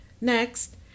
Next